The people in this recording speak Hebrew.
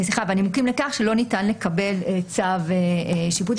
לכך שלא ניתן לקבל צו שיפוטי.